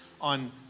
on